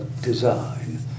design